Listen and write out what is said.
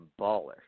baller